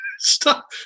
Stop